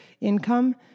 income